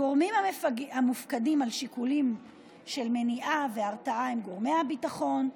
הגורמים המופקדים על שיקולים של מניעה והרתעה הם גורמי הביטחון,